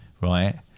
Right